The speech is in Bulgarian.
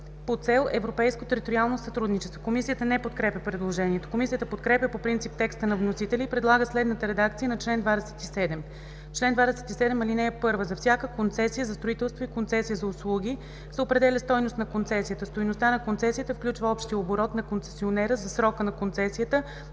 по цел „Европейско териториално сътрудничество“.“ Комисията не подкрепя предложението. Комисията подкрепя по принцип текста на вносителя и предлага следната редакция на чл. 27: „Чл. 27. (1) За всяка концесия за строителство и концесия за услуги се определя стойност на концесията. Стойността на концесията включва общия оборот на концесионера за срока на концесията